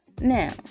Now